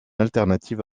alternative